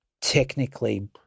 technically